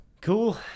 cool